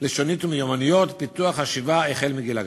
לשונית ומיומנויות פיתוח חשיבה החל מגיל הגן,